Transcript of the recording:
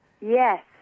Yes